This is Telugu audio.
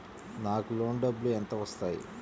నాకు లోన్ డబ్బులు ఎంత వస్తాయి?